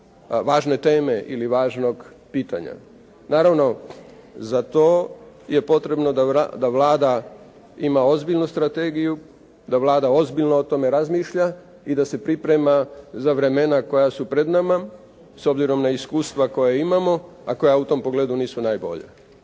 važne teme ili važnog pitanja. Naravno, za to je potrebno da Vlada ima ozbiljnu strategiju, da Vlada ozbiljno o tome razmišlja i da se priprema za vremena koja su pred nama s obzirom na iskustva koja imamo, a koja u tom pogledu nisu najbolja.